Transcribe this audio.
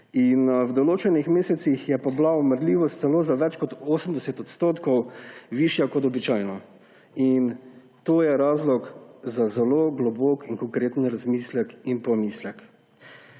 in v določenih mesecih je bila umrljivost celo za več kot 80 % višja kot običajno. To je razlog za zelo globok in konkreten razmislek in pomislek.